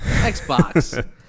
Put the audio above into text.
Xbox